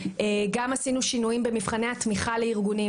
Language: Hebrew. עשינו שינויים במבחני התמיכה לארגונים,